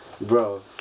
Bro